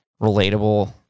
relatable